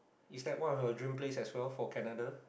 is that one of your dream place as well for Canada